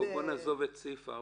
בואו נעזוב את סעיף (4).